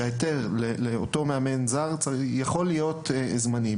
הוא שהיתר לאותו מאמן זר יכול להיות זמני,